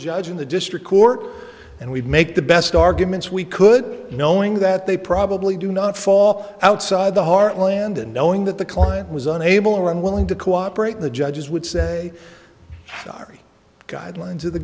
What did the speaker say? judge in the district court and we make the best arguments we could knowing that they probably do not fall outside the heartland and knowing that the client was unable or unwilling to cooperate the judges would say sorry guidelines of the